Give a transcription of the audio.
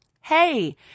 Hey